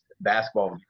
basketball